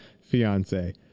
fiance